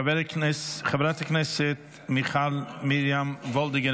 חברת הכנסת מיכל מרים וולדיגר,